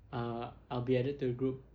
uh I'll be added to the group